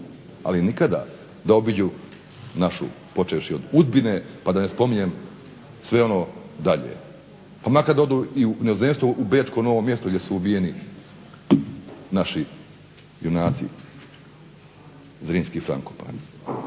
ali nikada da obiđu našu počevši od Udbine, pa da ne spominjem sve ono dalje. Pa makar odu u inozemstvo, u Bečko Novo Mjesto gdje su ubijeni naši junaci Zrinski i Frankopan.